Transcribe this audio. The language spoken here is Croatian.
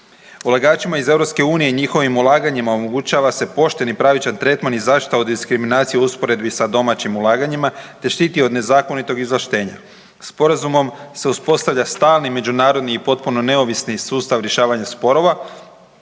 Ulagačima iz EU i njihovim ulaganjima omogućava se pošten i pravičan tretman i zaštita od diskriminacije u usporedbi sa domaćim ulaganjima, te štiti od nezakonitoga izvlaštenja. Sporazumom se uspostavlja stalni međunarodni i potpuno neovisni sustav rješavanja sporova